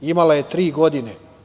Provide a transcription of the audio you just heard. Imala je tri godine.